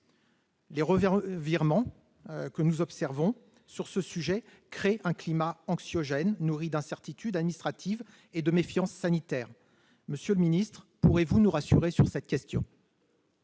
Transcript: Les revirements que nous observons sur ce sujet créent un climat anxiogène, nourri d'incertitude administrative et de méfiance sanitaire. Monsieur le secrétaire d'État, pourrez-vous nous rassurer sur cette question ?